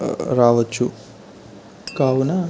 రావచ్చు కావున